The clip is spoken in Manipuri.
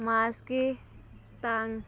ꯃꯥꯔꯆꯀꯤ ꯇꯥꯡ